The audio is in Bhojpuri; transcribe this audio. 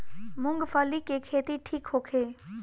मूँगफली के खेती ठीक होखे?